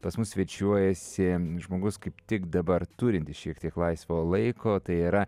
pas mus svečiuojasi žmogus kaip tik dabar turinti šiek tiek laisvo laiko tai yra